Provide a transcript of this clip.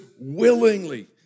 willingly